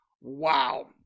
Wow